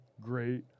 Great